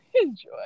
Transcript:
enjoy